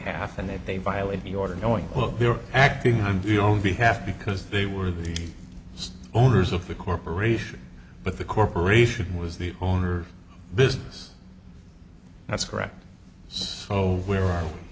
half and if they violate the order knowing they were acting on your own behalf because they were the owners of the corporation but the corporation was the owner business that's correct